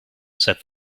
said